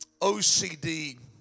OCD